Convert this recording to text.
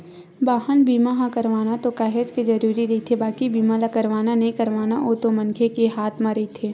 बाहन बीमा ह करवाना तो काहेच के जरुरी रहिथे बाकी बीमा ल करवाना नइ करवाना ओ तो मनखे के हात म रहिथे